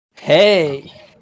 Hey